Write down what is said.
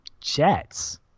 Jets